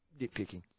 nitpicking